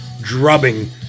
drubbing